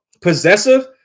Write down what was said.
possessive